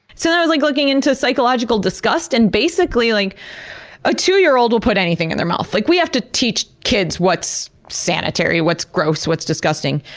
so then i was like looking into into psychological disgust and, basically, like a two year old will put anything in their mouth. like we have to teach kids what's sanitary, what's gross, what's disgusting.